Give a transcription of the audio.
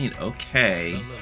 Okay